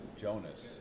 Jonas